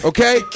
Okay